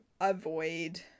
avoid